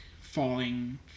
falling